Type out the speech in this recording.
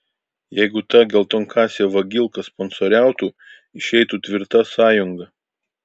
jeigu ta geltonkasė vagilka sponsoriautų išeitų tvirta sąjunga